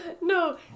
No